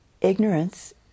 ignorance